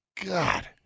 God